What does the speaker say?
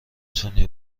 تونی